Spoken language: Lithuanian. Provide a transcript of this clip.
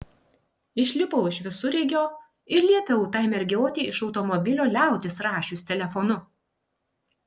išlipau iš visureigio ir liepiau tai mergiotei iš automobilio liautis rašius telefonu